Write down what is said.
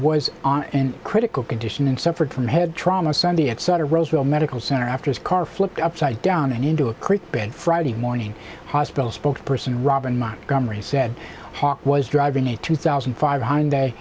on in critical condition and suffered from head trauma sunday at sutter roseville medical center after his car flipped upside down into a creek bed friday morning hospital spokesperson robin montgomery said hauke was driving a two thousand five hundred